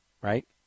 Right